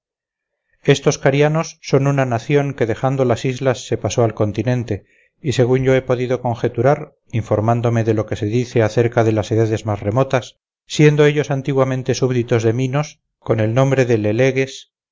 eolias estos carianos son una nación que dejando las islas se pasó al continente y según yo he podido conjeturar informándome de lo que se dice acerca de las edades más remotas siendo ellos antiguamente súbditos de minos con el nombre de leleges